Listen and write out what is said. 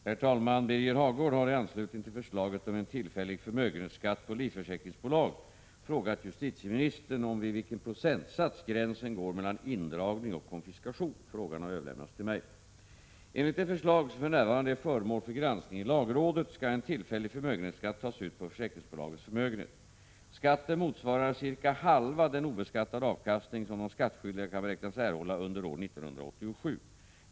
Herr talman! Birger Hagård har i anslutning till förslaget om en tillfällig förmögenhetsskatt på livförsäkringsbolag frågat justitieministern om vid vilken procentsats gränsen går mellan indragning och konfiskation. Frågan har överlämnats till mig. Enligt det förslag som för närvarande är föremål för granskning i lagrådet skall en tillfällig förmögenhetsskatt tas ut på försäkringsbolagens förmögenhet. Skatten motsvarar cirka halva den obeskattade avkastning som de skattskyldiga kan beräknas erhålla under år 1987.